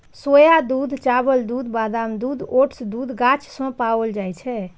सोया दूध, चावल दूध, बादाम दूध, ओट्स दूध गाछ सं पाओल जाए छै